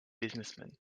businessmen